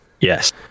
yes